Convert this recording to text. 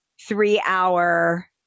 three-hour